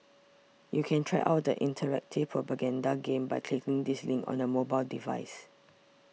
you can try out the interactive propaganda game by clicking this link on a mobile device